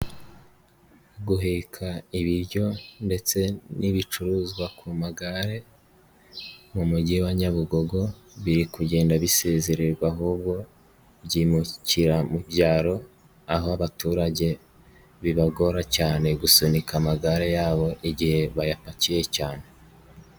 Guheka ibiryo ndetse n'ibicuruzwa ku magare, mu mujyi wa Nyabugogo, biri kugenda bisezererwa ahubwo byimukira mu byaro, aho abaturage bibagora cyane gusunika amagare yabo, igihe bayapakiye cyane.